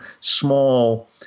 small